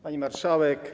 Pani Marszałek!